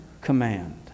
command